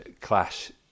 clash